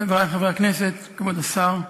חברי חברי הכנסת, כבוד השר,